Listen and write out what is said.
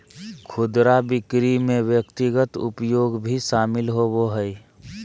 खुदरा बिक्री में व्यक्तिगत उपभोग भी शामिल होबा हइ